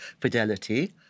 Fidelity